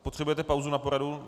Potřebujete pauzu na poradu?